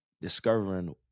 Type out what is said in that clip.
discovering